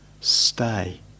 stay